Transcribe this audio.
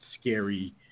scary